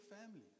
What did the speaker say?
family